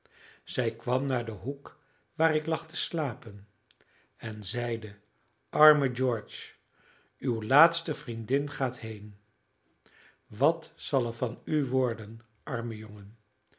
zij kwam naar den hoek waar ik lag te slapen en zeide arme george uw laatste vriendin gaat heen wat zal er van u worden arme jongen